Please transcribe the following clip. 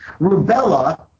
Rubella